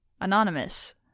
anonymous